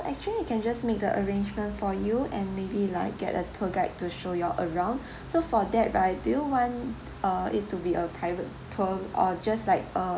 actually I can just make the arrangement for you and maybe like get a tour guide to show you all around so for that right do you want uh it to be a private tour or just like uh